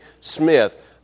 Smith